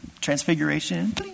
transfiguration